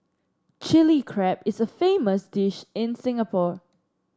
Chilli Crab is a famous dish in Singapore